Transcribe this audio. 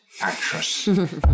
actress